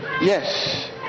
Yes